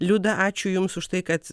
liuda ačiū jums už tai kad